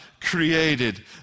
created